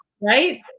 right